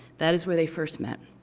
that is where they first met.